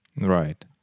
Right